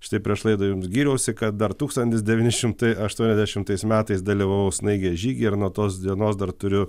štai prieš laidą jums gyriausi kad dar tūkstantis devyni šimtai aštuoniasdešimtais metais dalyvavau snaigės žygyje ir nuo tos dienos dar turiu